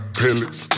pellets